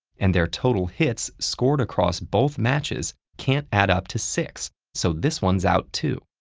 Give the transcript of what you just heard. and their total hits scored across both matches can't add up to six, so this one's out too.